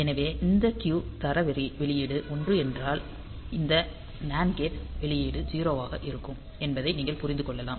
எனவே இந்த Q தர வெளியீடு 1 என்றால் இந்த NAND கேட் வெளியீடு 0 ஆக இருக்கும் என்பதை நீங்கள் புரிந்து கொள்ளலாம்